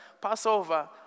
Passover